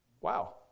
wow